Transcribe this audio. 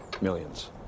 Millions